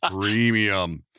Premium